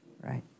Right